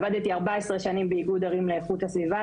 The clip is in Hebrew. עבדתי 14 שנים באיגוד ערים לאיכות הסביבה.